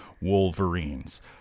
Wolverines